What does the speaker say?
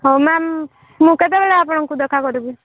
ହଉ ମ୍ୟାମ୍ ମୁଁ କେତେବେଳେ ଆପଣଙ୍କୁ ଦେଖା କରିବି